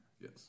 Yes